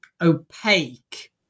opaque